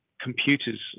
computers